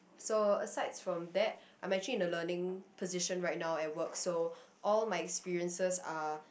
so asides from that I'm actually in a learning position right now at work so all my experiences are